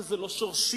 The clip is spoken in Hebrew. זה לא שורשי.